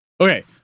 Okay